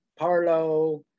Parlo